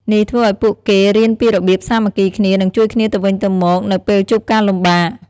នេះធ្វើឲ្យពួកគេរៀនពីរបៀបសាមគ្គីគ្នា និងជួយគ្នាទៅវិញទៅមកនៅពេលជួបការលំបាក។